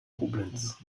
koblenz